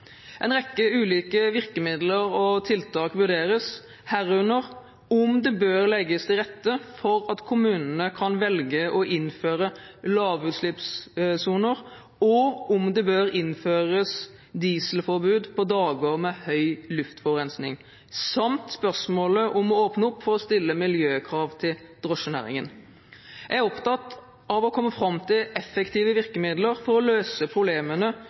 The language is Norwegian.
En rekke ulike virkemidler og tiltak vurderes, herunder om det bør legges til rette for at kommunene kan velge å innføre lavutslippssoner og om det bør innføres dieselforbud på dager med høy luftforurensning, samt spørsmålet om å åpne opp for å stille miljøkrav til drosjenæringen. Jeg er opptatt av å komme fram til effektive virkemidler for å løse problemene